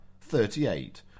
thirty-eight